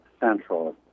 Central